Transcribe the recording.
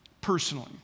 personally